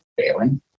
failing